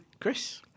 Chris